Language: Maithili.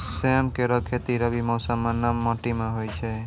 सेम केरो खेती रबी मौसम म नम माटी में होय छै